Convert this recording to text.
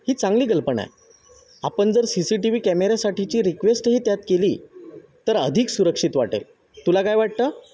ही चांगली कल्पना आहे आपण जर सी सी टी व्ही कॅमेऱ्यासाठीची रिक्वेस्टही त्यात केली तर अधिक सुरक्षित वाटेल तुला काय वाटतं